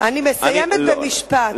אני מסיימת במשפט.